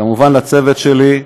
כמובן לצוות שלי,